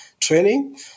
training